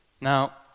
Now